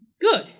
good